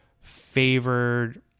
favored